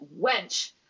wench